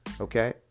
Okay